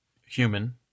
human